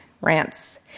Rants